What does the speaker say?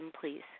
please